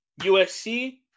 USC